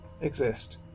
exist